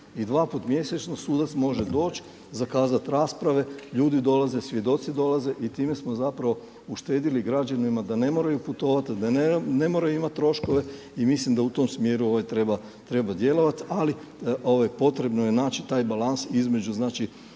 i dva put mjesečno sudac može doć zakazat rasprave, ljudi dolaze, svjedoci dolaze i time smo uštedili građanima da ne moraju putovati, da ne moraju imati troškove i mislim da u tom smjeru treba djelovati. Ali potrebno je naći taj balans između